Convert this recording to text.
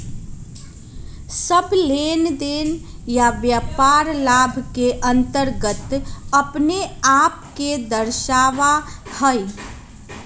सब लेनदेन या व्यापार लाभ के अन्तर्गत अपने आप के दर्शावा हई